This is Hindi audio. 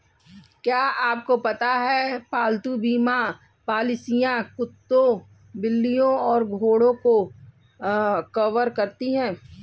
क्या आपको पता है पालतू बीमा पॉलिसियां कुत्तों, बिल्लियों और घोड़ों को कवर करती हैं?